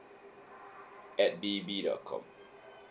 at B B dot com